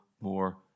more